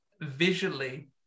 visually